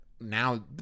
now